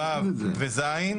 ו' וז'.